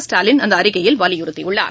ஸ்டாலின் அந்தஅறிக்கையில் வலியுறுத்தியுள்ளார்